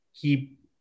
keep